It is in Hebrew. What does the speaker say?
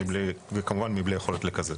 וכמובן מבלי יכולת לקזז.